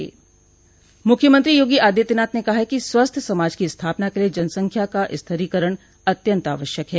मुख्यमंत्री योगी आदित्यनाथ ने कहा है कि स्वस्थ समाज की स्थापना के लिये जनसंख्या का स्थिरीकरण अत्यन्त आवश्यक है